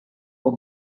for